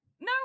No